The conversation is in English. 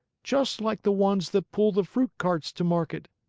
just like the ones that pull the fruit carts to market.